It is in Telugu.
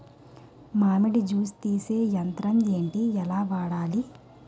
మామిడి జూస్ తీసే యంత్రం ఏంటి? ఎలా వాడాలి?